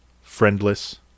Friendless